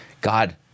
God